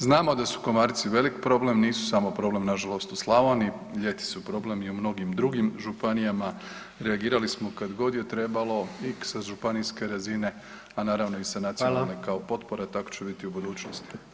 Znamo da su komarci velik problem, nisu samo problem nažalost u Slavoniji, ljeti su problem i u mnogim drugim županijama i reagirali smo kad god je trebalo i sa županijske razine, a naravno i sa [[Upadica: Hvala]] nacionalne kao potpora, tako će biti i u budućnosti.